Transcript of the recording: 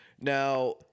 Now